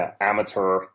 amateur